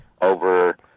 over